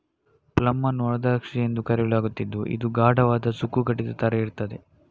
plum ಅನ್ನು ಒಣ ದ್ರಾಕ್ಷಿ ಎಂದು ಕರೆಯಲಾಗುತ್ತಿದ್ದು ಇದು ಗಾಢವಾದ, ಸುಕ್ಕುಗಟ್ಟಿದ ತರ ಇರ್ತದೆ